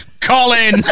Colin